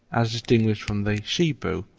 as distinguished from the shebrew,